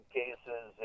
cases